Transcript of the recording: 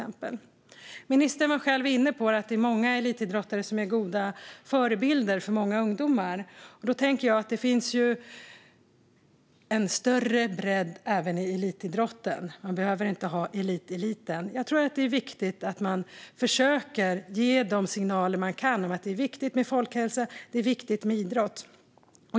Ministern var själv inne på att många elitidrottare är goda förebilder för ungdomar. Då tänker jag att det finns en större bredd även i elitidrotten - man behöver inte ha eliteliten. Jag tror att det är viktigt att man försöker ge de signaler man kan om att det är viktigt med folkhälsa och att det är viktigt med idrott.